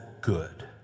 good